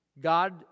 God